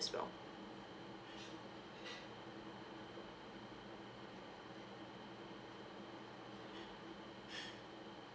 as well